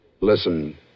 Listen